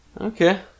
Okay